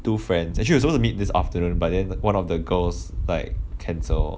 two friends actually we supposed to meet this afternoon but then one of the girls like cancel